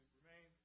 remain